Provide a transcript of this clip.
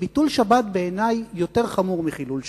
ביטול שבת בעיני יותר חמור מחילול שבת,